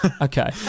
Okay